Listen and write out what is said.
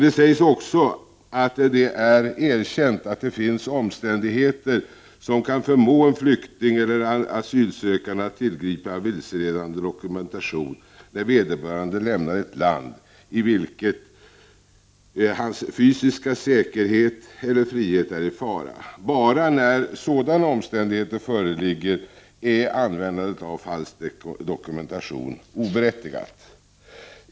Det sägs också att det är erkänt att det finns omständigheter som kan förmå en flykting eller asylsökande att tillgripa vilseledande dokumentation när vederbörande lämnar ett land i vilket hans fysiska säkerhet eller frihet är i fara. Bara när inga sådana omständigheter föreligger är användandet av falsk dokumentation oberättigad.